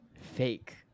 fake